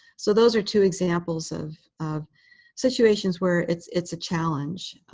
so those are two examples of of situations where it's it's a challenge,